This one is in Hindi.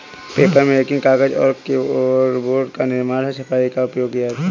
पेपरमेकिंग कागज और कार्डबोर्ड का निर्माण है छपाई के लिए उपयोग किया जाता है